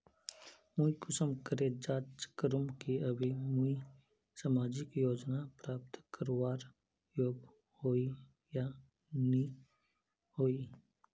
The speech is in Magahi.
मुई कुंसम करे जाँच करूम की अभी मुई सामाजिक योजना प्राप्त करवार योग्य होई या नी होई?